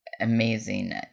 Amazing